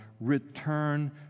return